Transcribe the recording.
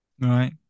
Right